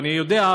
ואני יודע,